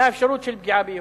מאפשרות של פגיעה ביהודים.